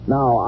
Now